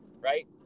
Right